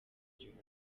gihugu